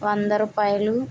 వంద రూపాయలు